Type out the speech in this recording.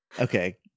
Okay